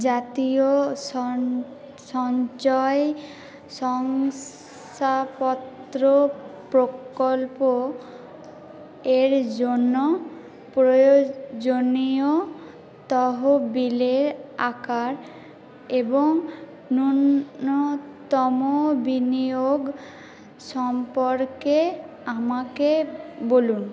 জাতীয় সন সঞ্চয় শংসাপত্র প্রকল্প এর জন্য প্রয়োজনীয় তহবিলে আকার এবং ন্যূনতম বিনিয়োগ সম্পর্কে আমাকে বলুন